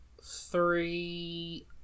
three